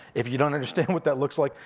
if you don't understand what that looks like,